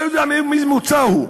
אני לא יודע מאיזה מוצא הוא.